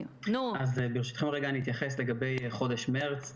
ברשותכם, אתייחס לגבי חודש מרץ.